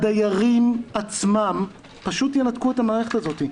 הדיירים עצמם פשוט ינתקו את המערכת הזאת,